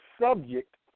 subject